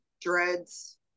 dreads